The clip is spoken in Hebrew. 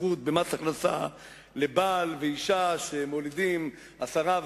זיכוי במס הכנסה לבעל ואשה שמולידים עשרה,